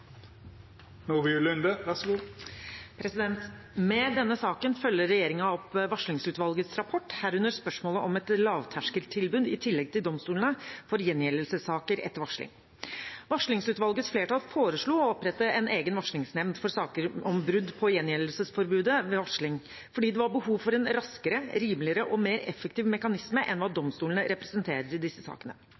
Med denne saken følger regjeringen opp varslingsutvalgets rapport, herunder spørsmålet om et lavterskeltilbud i tillegg til domstolene, for gjengjeldelsessaker etter varsling. Varslingsutvalgets flertall foreslo å opprette en egen varslingsnemnd for saker om brudd på gjengjeldelsesforbudet ved varsling fordi det var behov for en raskere, rimeligere og mer effektiv mekanisme enn hva domstolene representerer i disse sakene.